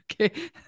Okay